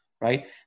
right